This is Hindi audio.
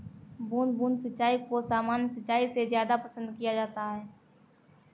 बूंद बूंद सिंचाई को सामान्य सिंचाई से ज़्यादा पसंद किया जाता है